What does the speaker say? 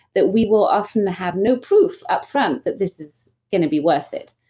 that we will often have no proof upfront that this is going to be worth it,